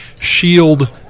shield